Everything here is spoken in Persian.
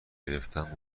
گرفتن